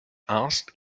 asked